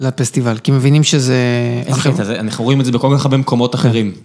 לפסטיבל, כי מבינים שזה... אחי, אנחנו רואים את זה בכל כך הרבה מקומות אחרים.